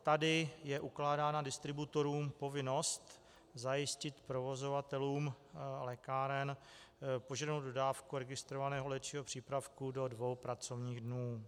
Tady je ukládána distributorům povinnost zajistit provozovatelům lékáren požadovanou dodávku registrovaného léčivého přípravku do dvou pracovních dnů.